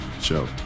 show